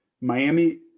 Miami